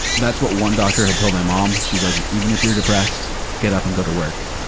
that's what one doctor had told my mom. she's like even if you're depressed, get up and go to work.